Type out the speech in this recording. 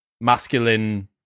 masculine